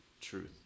truth